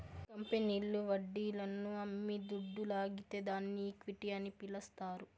కంపెనీల్లు వడ్డీలను అమ్మి దుడ్డు లాగితే దాన్ని ఈక్విటీ అని పిలస్తారు